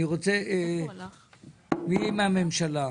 אני רוצה, מי מהממשלה?